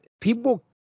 people